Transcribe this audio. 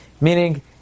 Meaning